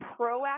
proactive